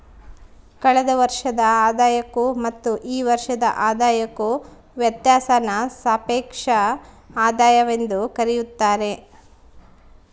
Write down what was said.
ಕಳೆದ ವರ್ಷದ ಆದಾಯಕ್ಕೂ ಮತ್ತು ಈ ವರ್ಷದ ಆದಾಯಕ್ಕೂ ವ್ಯತ್ಯಾಸಾನ ಸಾಪೇಕ್ಷ ಆದಾಯವೆಂದು ಕರೆಯುತ್ತಾರೆ